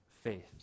faith